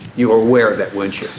you were aware of that, weren't